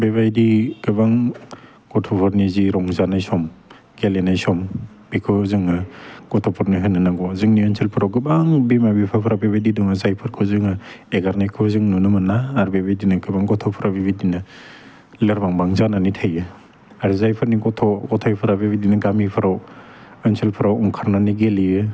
बेबायदि गोबां गथ'फोरनि जि रंजानाय सम गेलेनाय सम बेखौ जोङो गथ'फोरनो होनो नांगौ जोंनि ओनसोलफोराव गोबां बिमा बिफाफोरा बेबायदि दं जायफोरखौ जोङो एगारनायखौ जों नुनो मोना आरो बेबायदिनो गोबां गथ'फ्रा बेबायदिनो लोरबां बां जानानै थायो आरो जायफोरनि गथ' ग'थायफ्रा बेबायदिनो गामिफ्राव ओनसोलफ्राव ओंखारनानै गेलेयो